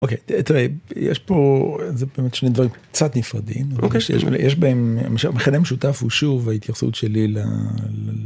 אוקיי, תראה, יש פה שני דברים קצת נפרדים יש בהם מכנה משותף הוא שוב ההתייחסות שלי.